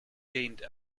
gained